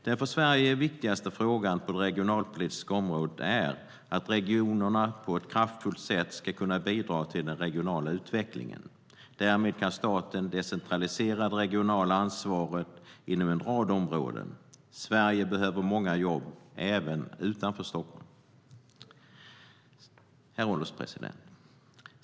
Den för Sverige viktigaste frågan på det regionalpolitiska området är att regionerna på ett kraftfullt sätt ska kunna bidra till den regionala utvecklingen. Därmed kan staten decentralisera det regionala ansvaret inom en rad områden. Sverige behöver många nya jobb även utanför Stockholm. Herr ålderspresident!